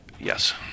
Yes